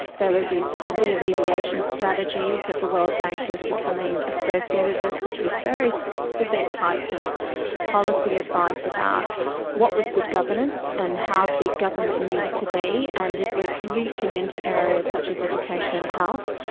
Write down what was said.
there was these poverty alleviation strategies that the world bank was becoming associated with, which was very specific types of policy advice about what was good governance and how big government needed to be. and it was reaching into areas such as education and health.